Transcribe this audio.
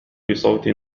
بصوت